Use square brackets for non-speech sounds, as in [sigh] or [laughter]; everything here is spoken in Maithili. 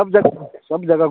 सब जगह [unintelligible] सब जगह घूमबै